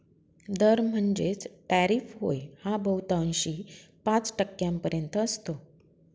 दर म्हणजेच टॅरिफ होय हा बहुतांशी पाच टक्क्यांपर्यंत असतो